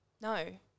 No